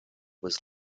was